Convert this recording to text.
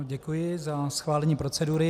Děkuji za schválení procedury.